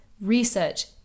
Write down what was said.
research